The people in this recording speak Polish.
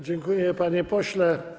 Dziękuję, panie pośle.